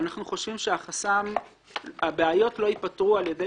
אנחנו חושבים שהבעיות לא ייפתרו על ידי